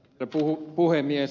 herra puhemies